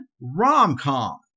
rom-com